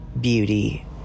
beauty